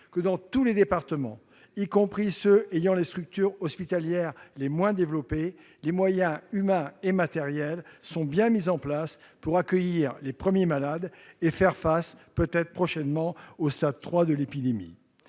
que dans tous les départements, y compris ceux qui ont les structures hospitalières les moins développées, les moyens humains et matériels sont bien en place pour accueillir les premiers malades et faire face, peut-être prochainement, au stade 3 de l'épidémie